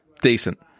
decent